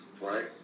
right